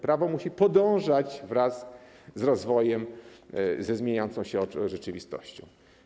Prawo musi podążać wraz z rozwojem, ze zmieniającą się rzeczywistością.